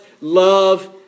love